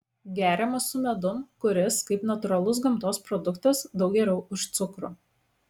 geriamas su medum kuris kaip natūralus gamtos produktas daug geriau už cukrų